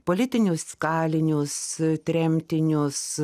politinius kalinius tremtinius